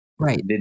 Right